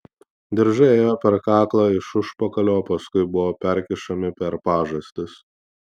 diržai ėjo per kaklą iš užpakalio o paskui buvo perkišami per pažastis